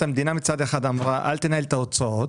המדינה מצד אחד אמרה: אל תנהל את ההוצאות